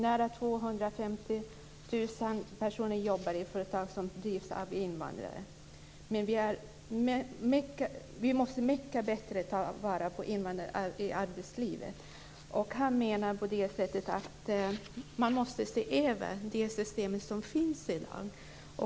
Nära 250 000 personer jobbar i företag som drivs av invandrare. Men vi måste mycket bättre ta vara på invandrare i arbetslivet. Han menar att man måste se över det system som finns i dag.